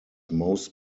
most